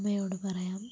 അമ്മയോട് പറയാം